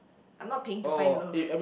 I'm not paying to find love